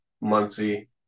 Muncie